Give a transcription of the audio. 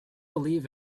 believe